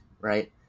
right